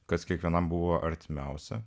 kas kiekvienam buvo artimiausia